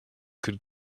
could